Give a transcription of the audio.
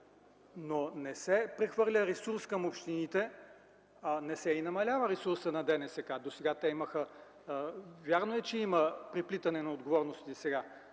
Но не се прехвърля ресурс към общините, а и не се намалява ресурсът на ДНСК. Вярно е, че сега има преплитане на отговорностите,